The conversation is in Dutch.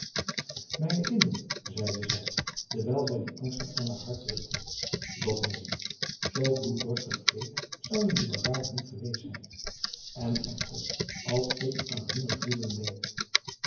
mijne kinderen zeide zij terwijl zij die angstig aan haar hart drukte doch neen zoo bloeddorstig wreed zouden die barbaren niet geweest zijn en echter als ik aan hunne gruwelen denk